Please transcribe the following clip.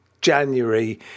January